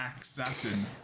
assassin